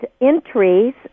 entries